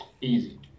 Easy